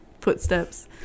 footsteps